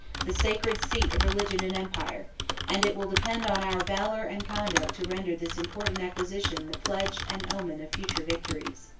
the sacred seat of religion and empire and it will depend on our valor and conduct to render this important acquisition the pledge and omen of future victories.